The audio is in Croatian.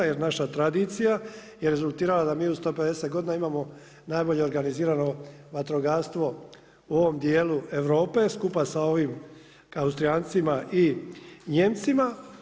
Jer naša tradicija je rezultirala da mi u 150 godina imamo najbolje organizirano vatrogastvo u ovom dijelu Europe skupa sa ovim Austrijancima i Nijemcima.